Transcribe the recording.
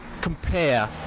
compare